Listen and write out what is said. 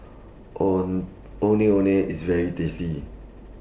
own Ondeh Ondeh IS very tasty